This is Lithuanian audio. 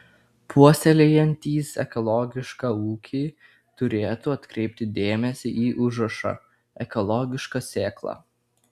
puoselėjantys ekologišką ūkį turėtų atkreipti dėmesį į užrašą ekologiška sėkla